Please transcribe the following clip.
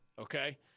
okay